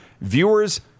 Viewers